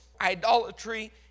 idolatry